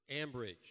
Ambridge